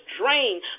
drained